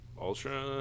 ultra